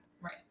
right